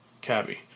Cabby